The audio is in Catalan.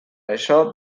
això